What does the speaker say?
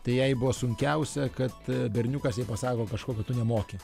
tai jai buvo sunkiausia kad berniukas jai pasako kažko kad tu nemoki